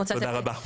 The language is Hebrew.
תודה רבה.